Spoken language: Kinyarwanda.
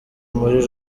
muri